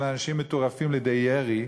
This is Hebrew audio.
אנשים מטורפים לידי ירי,